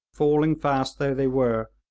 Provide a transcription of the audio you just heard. falling fast though they were,